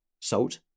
Salt